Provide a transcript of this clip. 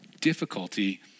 Difficulty